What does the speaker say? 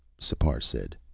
sipar said.